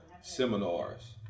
seminars